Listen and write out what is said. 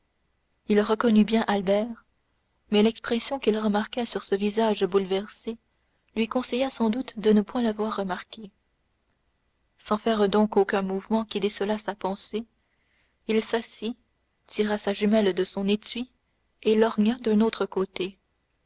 il reconnut bien albert mais l'expression qu'il remarqua sur ce visage bouleversé lui conseilla sans doute de ne point l'avoir remarqué sans faire donc aucun mouvement qui décelât sa pensée il s'assit tira sa jumelle de son étui et lorgna d'un autre côté